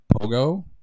Pogo